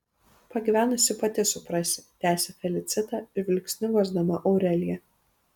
pagyvenusi pati suprasi tęsė felicita žvilgsniu guosdama aureliją